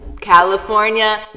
California